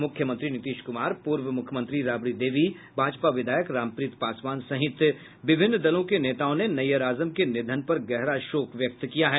मुख्यमंत्री नीतीश कुमार पूर्व मुख्यमंत्री राबड़ी देवी भाजपा विधायक रामप्रीत पासवान सहित विभिन्न दलों के नेताओं ने नैयर आजम के निधन पर गहरा शोक व्यक्त किया है